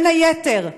בין היתר,